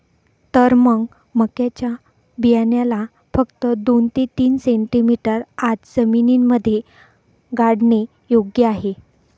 तर मग मक्याच्या बियाण्याला फक्त दोन ते तीन सेंटीमीटर आत जमिनीमध्ये गाडने योग्य आहे